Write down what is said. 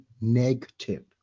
negative